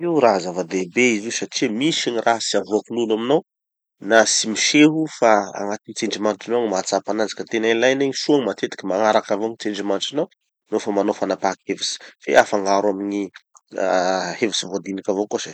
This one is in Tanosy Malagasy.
io raha zava-dehibe izy io satria misy gny raha tsy avoakin'olo aminao na tsy miseho fa agnatin'ny tsindrimandrinao gny mahatsapa anazy ka tena ilaina igny. Soa gny matetiky magnaraky avao gny tsindrimandrinao nofa manao fanapaha-kevitsy. Fe afangaro amin'ny ah hevitsy voadiniky avao koa se.